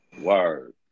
Word